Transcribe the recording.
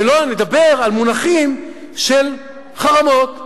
ולא נדבר על מונחים של חרמות וגידופים.